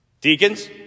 deacons